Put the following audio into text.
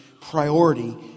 priority